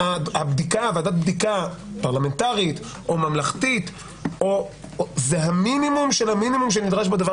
ועדת בדיקה פרלמנטרית או ממלכתית זה המינימום של המינימום שנדרש בדבר